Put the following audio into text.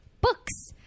books